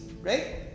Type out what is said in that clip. right